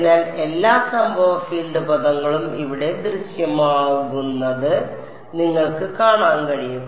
അതിനാൽ എല്ലാ സംഭവ ഫീൽഡ് പദങ്ങളും ഇവിടെ ദൃശ്യമാകുന്നത് നിങ്ങൾക്ക് കാണാൻ കഴിയും